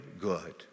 good